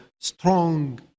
Strong